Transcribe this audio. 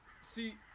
See